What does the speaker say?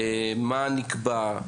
מה נקבע,